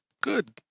good